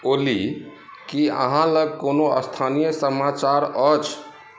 ओली की अहाँ लग कोनो स्थानीय समाचार अछि